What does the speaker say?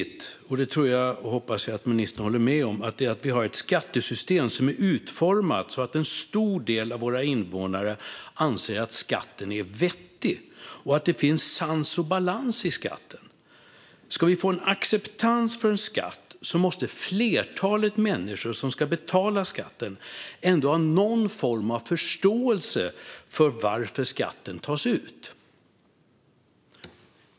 Jag hoppas att ministern håller med om att det är viktigt att skattesystemet är utformat så att en stor del av våra invånare anser att skatten är vettig och att det finns sans och balans i skatten. Ska vi få en acceptans för en skatt måste flertalet människor som ska betala skatten ändå ha någon form av förståelse för varför skatten tas ut.